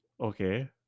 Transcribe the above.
Okay